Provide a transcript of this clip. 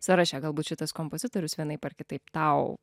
sąraše galbūt šitas kompozitorius vienaip ar kitaip tau